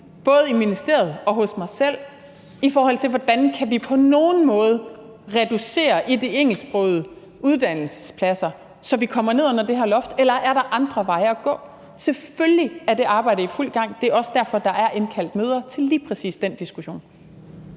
både i ministeriet og hos mig selv, på, hvordan vi på nogen måde kan reducere i de engelsksprogede uddannelsespladser, så vi kommer ned under det her loft, eller om der er andre veje at gå. Selvfølgelig er det arbejde i fuld gang. Det er også derfor, der er indkaldt til møder om lige præcis den diskussion.